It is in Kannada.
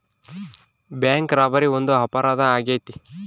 ಬ್ಯಾಂಕ್ ರಾಬರಿ ಒಂದು ಅಪರಾಧ ಆಗೈತೆ